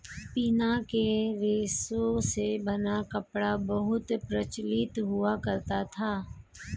पिना के रेशे से बना कपड़ा बहुत प्रचलित हुआ करता था